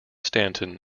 stanton